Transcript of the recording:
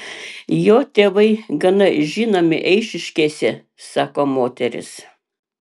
jo tėvai gana žinomi eišiškėse sako moteris